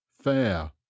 Fair